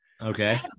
Okay